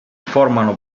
formano